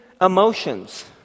emotions